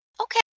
Okay